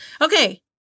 Okay